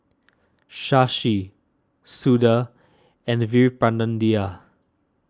Shashi Suda and Veerapandiya